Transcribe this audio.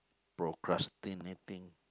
procrastinating